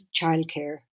childcare